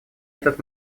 этот